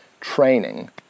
training